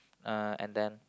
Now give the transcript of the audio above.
uh and then